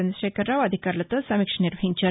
చంద్రశేఖరరావు అధికారులతో సమీక్ష నిర్వహించారు